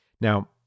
Now